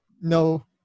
No